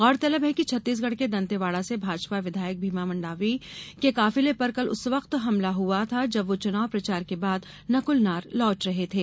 गौरतलब है कि छत्तीसगढ़ के दंतेवाड़ा से भाजपा विधायक भीमा मंडावी के काफिले पर कल उस वक्त हमला हुआ था जब वो चुनाव प्रचार के बाद नकुलनार लौट रहे थे